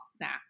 now